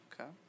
Okay